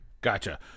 Gotcha